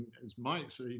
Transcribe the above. as mike, so you